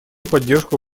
поддержку